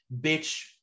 bitch